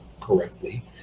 correctly